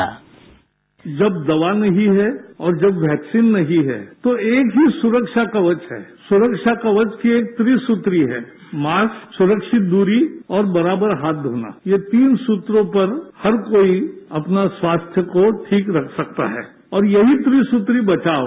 sound bite जब दवा नहीं है और जब वैक्सीन नहीं है तो सुरक्षा कवच के त्री सूत्र ही हैं मास्क सुरक्षित दूरी और बराबर हाथ धोना ये तीन सुत्रों पर हर कोई अपना स्वास्थ्य को ठीक रख सकता है और यही त्री सूत्री बचाव है